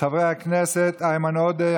חברי הכנסת איימן עודה,